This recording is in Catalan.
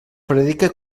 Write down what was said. predica